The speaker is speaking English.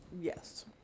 Yes